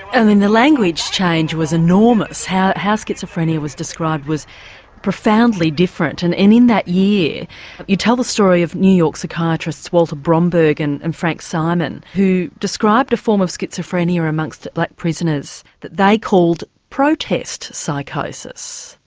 um the language change was enormous. how how schizophrenia was described was profoundly different, and in in that year you tell the story of new york psychiatrists walter bromberg and and frank simon who described a form of schizophrenia amongst black prisoners that they called protest psychosis,